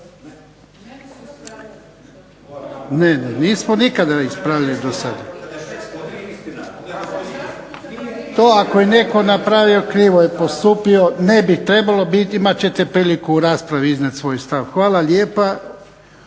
se ne razumije./… To ako je netko napravio krivo je postupio, ne bi trebalo biti, imat ćete priliku u raspravi iznijeti svoj stav. Hvala lijepa.